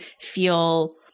feel